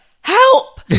help